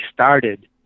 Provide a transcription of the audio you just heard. started